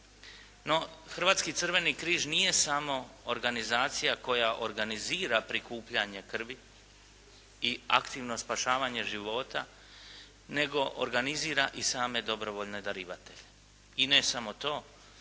No, Hrvatski crveni križ nije samo organizacija koja organizira prikupljanje krvi i aktivno spašavanje života nego organizira i same dobrovoljne darivatelje. I ne samo to,